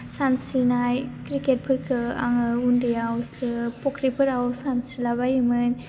सानस्रिनाय क्रिके'फोरखौ आङो उन्दैआवसो फ'ख्रिफोराव सानस्रिलाबायोमोन